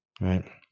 Right